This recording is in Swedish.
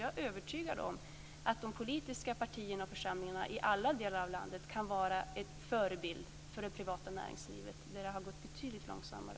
Jag är övertygad om att de politiska partierna och församlingarna i alla delar av landet kan vara en förebild för det privata näringslivet, där det har gått betydligt långsammare.